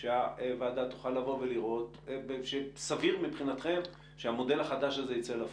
שהוועדה תוכל לראות שסביר מבחינתכם שהמודל החדש הזה ייצא לפועל.